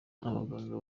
abaganga